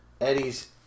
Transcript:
Eddie's